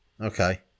Okay